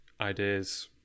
ideas